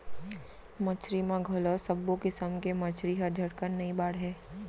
मछरी म घलौ सब्बो किसम के मछरी ह झटकन नइ बाढ़य